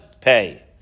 pay